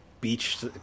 beach